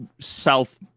South